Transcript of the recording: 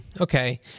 okay